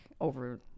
over